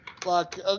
Fuck